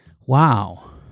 wow